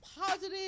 positive